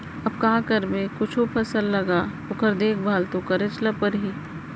अब का करबे कुछु फसल लगा ओकर देखभाल तो करेच ल परही